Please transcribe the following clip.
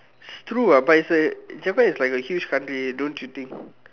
it's true what but it's a Japan is like a huge country don't you think